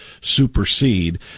supersede